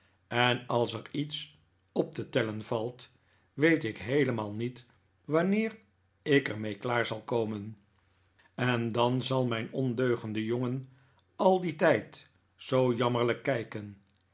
en als er iets op te tellen valt weet ik heelemaal niet wanneer ik er mee klaaf zal komen en dan zal mijn ondeugende jongen al die tijd zoo jammerlijk kijken